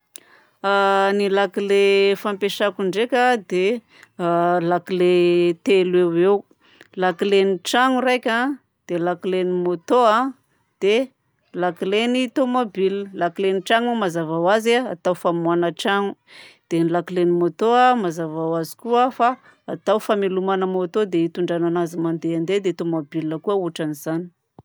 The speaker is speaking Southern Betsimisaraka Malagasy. A ny lakile fampiasako ndraika dia lakile telo eo ho eo. Lakilen'ny tragno raika, dia lakilen'ny môtô a, dia lakilen'ny tomobile. Lakilen'ny trano moa mazava ho azy a, atao famohagna tragno. Dia ny lakilen'ny môtô a mazava ho azy koa fa atao famelomagna môtô dia itondragna anazy mandehandeha dia tomobile koa ôtran'izany.